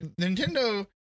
Nintendo